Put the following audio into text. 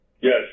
Yes